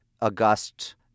August